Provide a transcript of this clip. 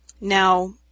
Now